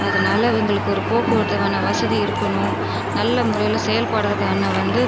அதனால் எங்களுக்கு ஒரு போக்குவரத்துக்கான வசதி இருக்கணும் நல்ல முறையில் செயல்படுவதற்கான வந்து